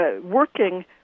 working